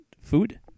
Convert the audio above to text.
food